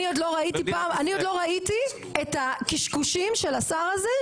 אני עוד לא ראיתי את הקשקושים של השר הזה,